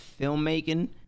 filmmaking